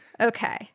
Okay